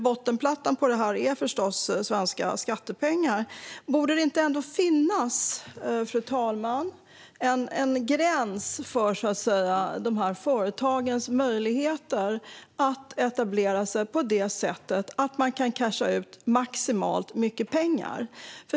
Bottenplattan är förstås svenska skattepengar. Borde det ändå inte finnas en gräns för de här företagens möjligheter att etablera sig på så sätt att de kan casha ut maximalt med pengar?